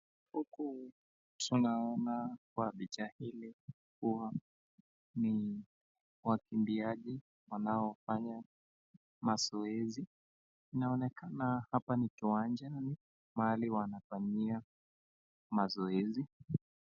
Huku tunaona kwa picha hili. Kuwa ni wakimbiaji wanafanya mazoezi. Inaonekana hapa ni kiwanja na ni mahali wanafanyia mazoezi.